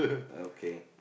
okay